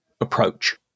approach